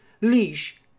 Leash